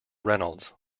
reynolds